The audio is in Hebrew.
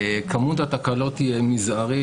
כמות התקלות היא מזערית.